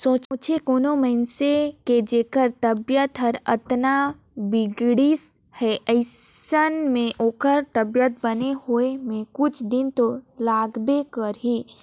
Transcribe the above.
सोंचे कोनो मइनसे के जेखर तबीयत हर अतना बिगड़िस हे अइसन में ओखर तबीयत बने होए म कुछ दिन तो लागबे करही